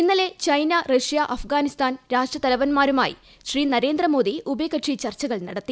ഇന്നലെ China Russia അഫ്ഗ്ഗാനിസ്ഥാൻ രാഷ്ട്രതലവൻമാരുമായി Shri Narendra Modi ഉഭയകക്ഷി ചർച്ചകൾ നടത്തി